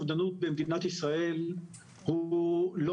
רשם לאובדנות הוא קריטי,